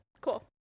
cool